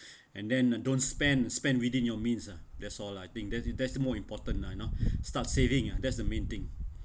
and then uh don't spend spend within your means ah that's all I think that's that's the more important lah you know start saving lah you that's the main thing